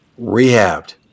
Rehabbed